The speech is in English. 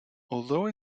although